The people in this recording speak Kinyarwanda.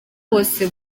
bose